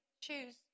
choose